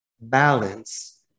balance